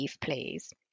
please